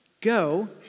Go